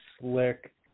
Slick